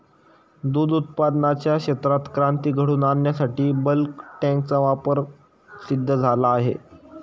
दूध उत्पादनाच्या क्षेत्रात क्रांती घडवून आणण्यासाठी बल्क टँकचा वापर सिद्ध झाला आहे